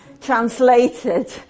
Translated